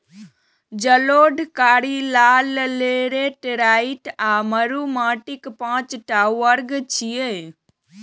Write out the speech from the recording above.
जलोढ़, कारी, लाल, लेटेराइट आ मरु माटिक पांच टा वर्ग छियै